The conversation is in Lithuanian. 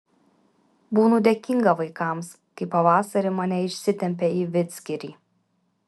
būnu dėkinga vaikams kai pavasarį mane išsitempia į vidzgirį